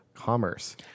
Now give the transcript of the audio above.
Commerce